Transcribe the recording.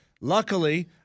Luckily